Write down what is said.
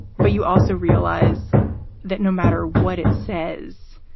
but you also realize that no matter what it says,